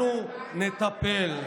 אנחנו נטפל.